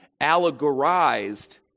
allegorized